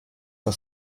für